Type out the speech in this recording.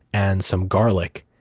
and some garlic.